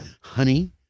honey